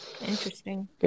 interesting